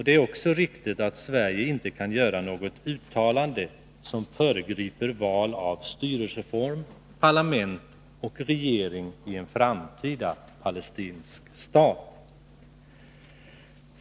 Det är också riktigt att Sverige inte kan göra något uttalande som föregriper val av styrelseform, parlament och regering i en framtida palestinsk stat.